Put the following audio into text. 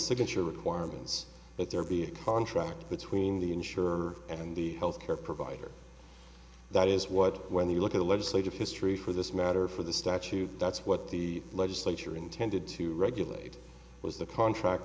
signature requirements that there be a contract between the insurer and the health care provider that is what when you look at the legislative history for this matter for the statute that's what the legislature intended to regulate was the contract